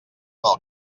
del